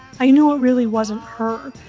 i knew it really wasn't her.